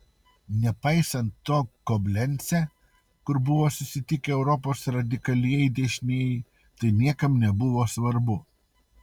nepaisant to koblence kur buvo susitikę europos radikalieji dešinieji tai niekam nebuvo svarbu